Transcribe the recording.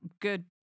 Good